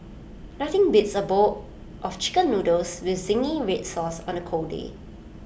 nothing beats A bowl of Chicken Noodles with Zingy Red Sauce on A cold day